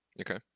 Okay